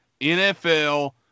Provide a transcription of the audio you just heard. NFL